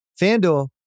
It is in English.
FanDuel